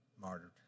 martyred